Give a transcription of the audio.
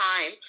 time